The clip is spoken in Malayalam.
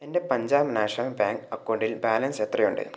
എൻ്റെ പഞ്ചാബ് നാഷണൽ ബാങ്ക് അക്കൗണ്ടിൽ ബാലൻസ് എത്രയുണ്ട്